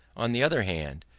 on the other hand,